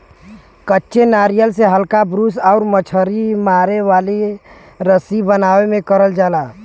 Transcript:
कच्चे नारियल से हल्का ब्रूस आउर मछरी मारे वाला रस्सी बनावे में करल जाला